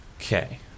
Okay